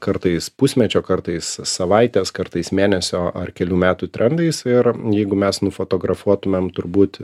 kartais pusmečio kartais savaitės kartais mėnesio ar kelių metų trendais ir jeigu mes nufotografuotumėm turbūt